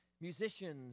Musicians